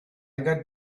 got